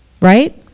right